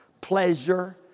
pleasure